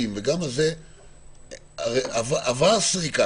של הסריקה